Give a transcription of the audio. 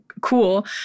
cool